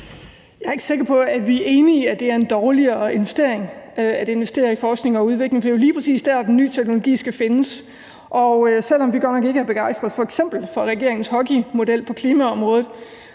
Jeg er ikke sikker, at vi er enige i, at det er en dårligere investering at investere i forskning og udvikling. Det er jo lige præcis der, den nye teknologi skal findes. Og selv om vi godt nok ikke er begejstrede for f.eks. regeringens hockeystavsmodel på klimaområdet,